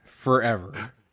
Forever